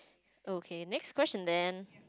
okay next question then